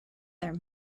their